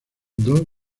dos